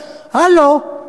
הלו,